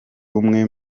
umwe